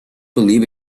believe